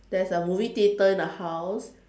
there is a movie theater in the house